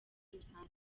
rusange